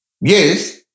Yes